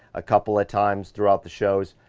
a couple a times throughout the shows.